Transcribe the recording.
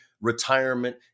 retirement